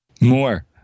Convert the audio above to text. More